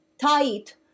tight